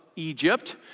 Egypt